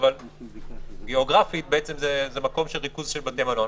אבל גיאוגרפית זה ריכוז של בתי מלון.